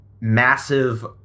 massive